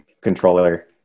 controller